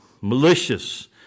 malicious